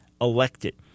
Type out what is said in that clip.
elected